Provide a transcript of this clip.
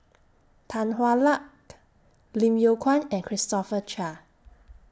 Tan Hwa Luck Lim Yew Kuan and Christopher Chia